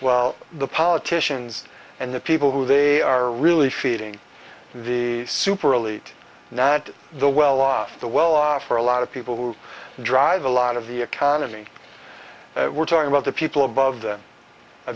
well the politicians and the people who they are really feeding the super elite now that the well off the well off for a lot of people who drive a lot of the economy we're talking about the people above them a